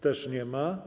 Też nie ma.